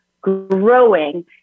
growing